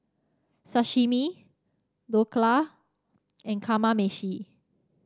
Sashimi Dhokla and Kamameshi